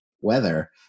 weather